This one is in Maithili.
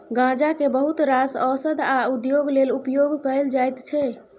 गांजा केँ बहुत रास ओषध आ उद्योग लेल उपयोग कएल जाइत छै